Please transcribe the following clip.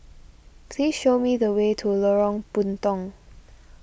please show me the way to Lorong Puntong